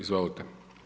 Izvolite.